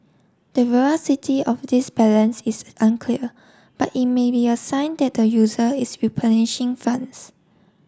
the veracity of this balance is unclear but it may be a sign that the user is replenishing funds